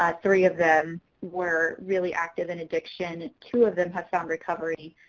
ah three of them were really active in addiction. two of them have found recovery.